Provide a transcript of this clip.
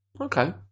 okay